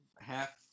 half